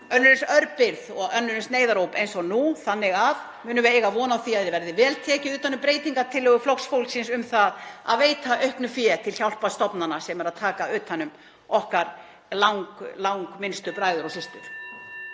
önnur eins örbirgð og önnur eins neyðaróp eins og nú. (Forseti hringir.) Munum við eiga von á því að það verði vel tekið utan um breytingartillögu Flokks fólksins um það að veita auknu fé til hjálparstofnana sem eru að taka utan um okkar langminnstu bræður og systur?